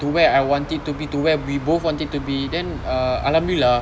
to where I want it to be to where we both want it to be then uh alhamdulillah